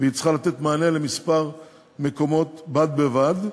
והיא צריכה לתת מענה לכמה מקומות בד בבד,